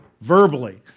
verbally